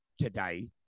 today